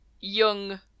young